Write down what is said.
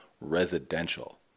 residential